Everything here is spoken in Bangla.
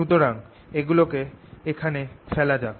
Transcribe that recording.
সুতরাং এগুলো কে এখানে ফেলা যাক